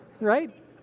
right